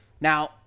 Now